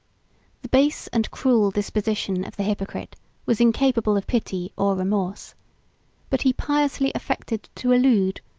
the base and cruel disposition of the hypocrite was incapable of pity or remorse but he piously affected to elude,